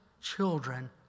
children